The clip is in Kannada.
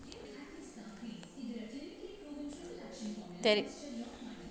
ತೆರಿಗೆ ಸ್ಪರ್ಧೆಯಿಂದ ಬಂದ ತೆರಿಗಿ ಇಂದ ಸಂಶೋಧನೆ ಮತ್ತ ಅಭಿವೃದ್ಧಿಗೆ ಖರ್ಚು ಮಾಡಕ ಬಳಸಬೋದ್